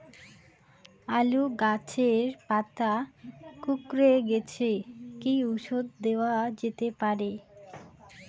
আলু গাছের পাতা কুকরে গেছে কি ঔষধ দেওয়া যেতে পারে?